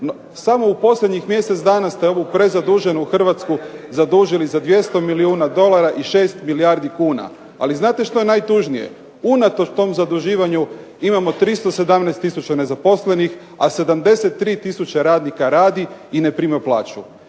Samo u posljednjih mjesec dana ste ovu prezaduženu Hrvatsku državu zadužili za 200 milijuna dolara i 6 milijardi kuna, ali znate što je najtužnije, unatoč tom zaduživanju imamo 317 tisuća nezaposlenih a 73 tisuće radnika radi, a ne prima plaću.